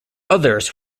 others